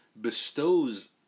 bestows